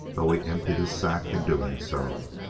though he emptied his sack in doing so.